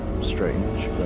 strange